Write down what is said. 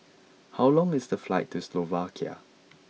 how long is the flight to Slovakia